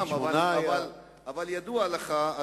אבל ידוע לך,